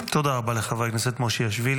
תודה רבה לחבר הכנסת מושיאשוילי.